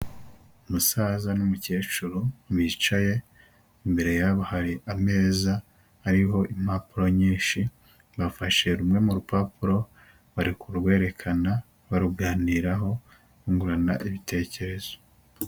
Umusaza n'umukecuru bicaye imbere yabo hari ameza ariho impapuro nyinshi bafashe rumwe mu rupapuro barikurwerekana baruganiraho bungurana ibitekerezo.